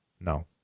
no